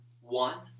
One